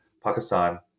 Pakistan